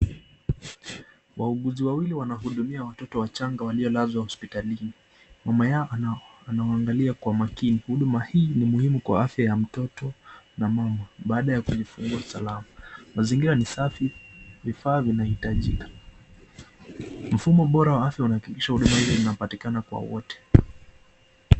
Wauguzi wawili wanahudumia watoto wachanga waliolazwa hosipitalini. Mama yao anawaangalia kwa umakini. Huduma hii ni muhimu kwa afya ya mtoto na mama, baada ya kujifungua salama. Mazingira ni safi, vifaa vinahitajika. Mfumo bora wa afya unahakikisha huduma hizi zinapatikana kwa wote.